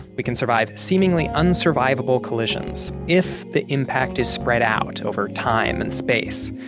we can survive seemingly unsurvivable collisions if the impact is spread out over time and space,